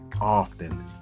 often